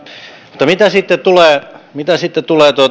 mutta mitä sitten tulee